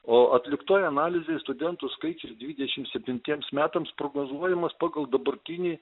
o atliktoje analizėje studentų skaičius dvidešimt septintiems metams prognozuojamas pagal dabartinį